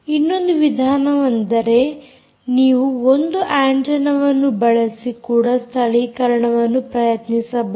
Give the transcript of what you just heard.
ಇನ್ನೊಂದು ವಿಧಾನವೆಂದರೆ ನೀವು ಒಂದು ಆಂಟೆನ್ನವನ್ನು ಬಳಸಿ ಕೂಡ ಸ್ಥಳೀಕರಣವನ್ನು ಪ್ರಯತ್ನಿಸಬಹುದು